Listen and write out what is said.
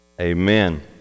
Amen